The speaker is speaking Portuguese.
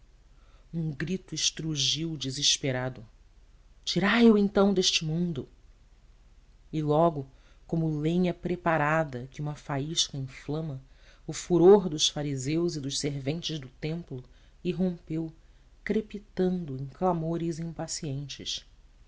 um grito estrugiu desesperado tirai o então deste mundo e logo como lenha preparada que uma faísca inflama o furor dos fariseus e dos serventes do templo irrompeu crepitando em clamores impacientes